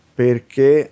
perché